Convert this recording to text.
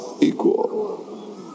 equal